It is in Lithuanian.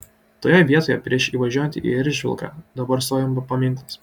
toje vietoje prieš įvažiuojant į eržvilką dabar stovi paminklas